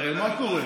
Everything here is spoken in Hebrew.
הרי מה קורה?